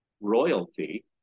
royalty